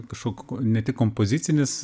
kažko ne tik kompozicinis